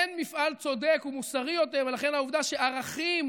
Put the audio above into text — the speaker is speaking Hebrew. אין מפעל צודק ומוסרי יותר, ולכן העובדה שערכים